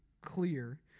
clear